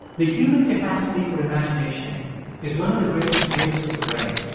the human capacity for imagination is one of the greatest gifts of the brain.